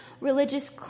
religious